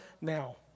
now